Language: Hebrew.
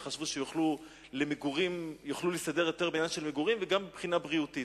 והם חשבו שהם יוכלו להסתדר יותר בעניין של מגורים וגם מבחינה בריאותית.